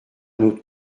notre